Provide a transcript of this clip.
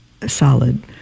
Solid